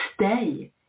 stay